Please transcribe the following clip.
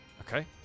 Okay